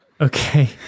Okay